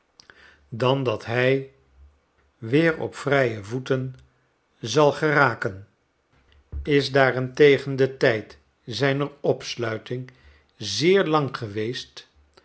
dan dat hij weer op vrije voeten zal geraken is daarentegen de tijd zijner opsluiting zeer lang geweest